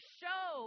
show